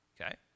Okay